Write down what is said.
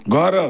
ଘର